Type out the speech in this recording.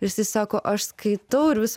ir jisai sako aš skaitau ir vis